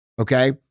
okay